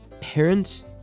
parents